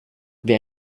wer